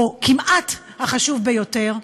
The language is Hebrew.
או כמעט החשוב ביותר,